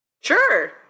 Sure